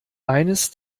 eines